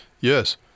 Yes